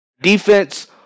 defense